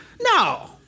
No